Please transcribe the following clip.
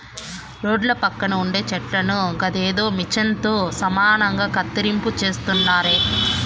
రోడ్ల పక్కన ఉండే చెట్లను గదేదో మిచన్ తో సమానంగా కత్తిరింపు చేస్తున్నారే